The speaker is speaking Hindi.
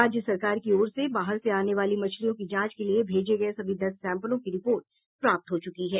राज्य सरकार की ओर से बाहर से आने वाली मछलियों की जांच के लिए भेजे गये सभी दस सैंपलों की रिपोर्ट प्राप्त हो चुकी है